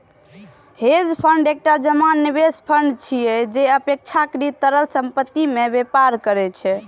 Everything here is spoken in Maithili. हेज फंड एकटा जमा निवेश फंड छियै, जे अपेक्षाकृत तरल संपत्ति मे व्यापार करै छै